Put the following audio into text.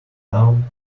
down